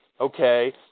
okay